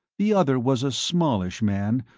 the other was a smallish man,